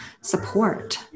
support